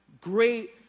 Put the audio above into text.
great